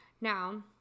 Now